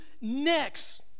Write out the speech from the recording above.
next